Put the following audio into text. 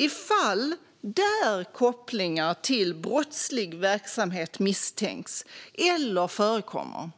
I fall där kopplingar till brottslig verksamhet misstänks eller förekommer